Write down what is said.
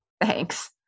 thanks